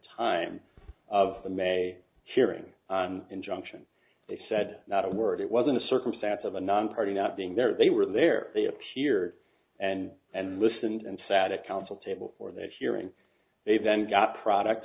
time of the may hearing injunction they said not a word it wasn't a circumstance of a nonparty not being there they were there they appeared and and listened and sat at counsel table for their hearing they then got product